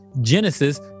Genesis